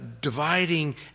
dividing